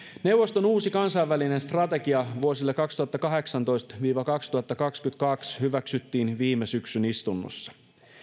neuvoston uusi kansainvälinen strategia vuosille kaksituhattakahdeksantoista viiva kaksituhattakaksikymmentäkaksi hyväksyttiin viime syksyn istunnossa